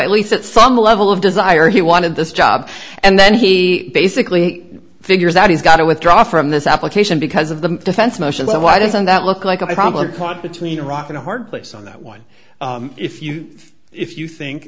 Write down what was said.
at least at some level of desire he wanted this job and then he basically figures that he's got to withdraw from this application because of the defense motion but why doesn't that look like a problem caught between a rock and a hard place on that one if you if you think